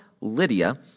Lydia